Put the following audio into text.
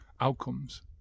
outcomes